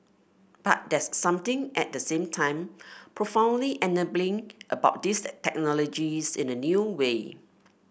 but there's something at the same time profoundly enabling about these technologies in a new way